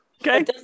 Okay